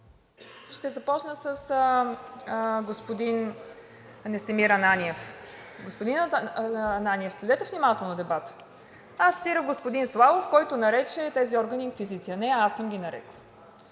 Ще започна с господин Настимир Ананиев. Господин Ананиев, следете внимателно дебата. Аз цитирах господин Славов, който нарече тези органи инквизиция, а не аз съм ги нарекла.